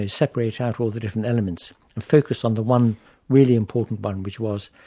separate out all the different elements and focus on the one really important one which was,